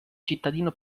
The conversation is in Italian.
cittadino